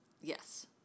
Yes